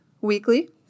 weekly